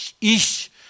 Ish